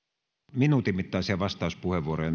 minuutin mittaisia vastauspuheenvuoroja